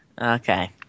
Okay